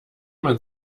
man